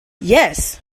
yes